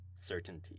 certainty